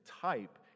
type